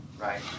right